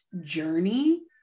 journey